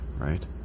right